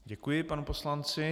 Děkuji panu poslanci.